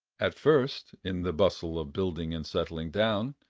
at first, in the bustle of building and settling down,